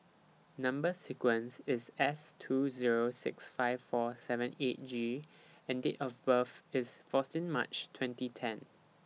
Number sequence IS S two Zero six five four seven eight G and Date of birth IS fourteen March twenty ten